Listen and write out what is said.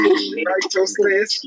Righteousness